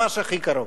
ממש הכי קרוב.